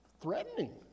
threatening